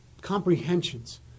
comprehensions